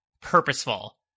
purposeful